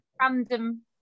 random